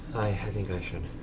i think i should.